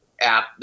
app